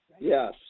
yes